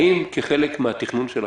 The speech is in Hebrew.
האם כחלק מן התכנון שלכם,